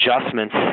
adjustments